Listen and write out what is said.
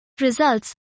Results